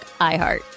iHeart